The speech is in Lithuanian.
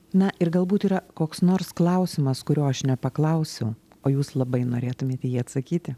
na ir galbūt yra koks nors klausimas kurio aš nepaklausiau o jūs labai norėtumėt į jį atsakyti